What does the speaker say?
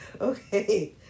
Okay